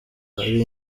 ari